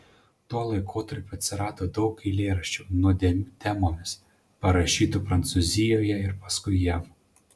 tuo laikotarpiu atsirado daug eilėraščių nuodėmių temomis parašytų prancūzijoje ir paskui jav